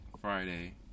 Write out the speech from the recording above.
Friday